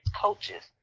coaches